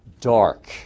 dark